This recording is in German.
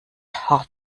hart